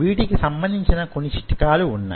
వీటికి సంబంధించిన కొన్ని చిట్కాలు వున్నాయి